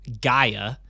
Gaia